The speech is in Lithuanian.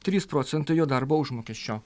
trys procentai jo darbo užmokesčio